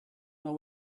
know